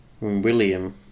William